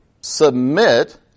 submit